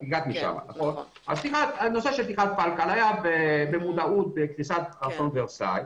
הנושא של הפלקל היה במודעות בזמן קריסת אולם ורסאי,